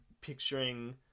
picturing